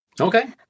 Okay